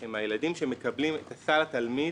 הם הילדים שמקבלים את הסל לתלמיד